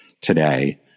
today